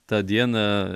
tą dieną